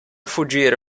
fuggire